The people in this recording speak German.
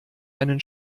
einen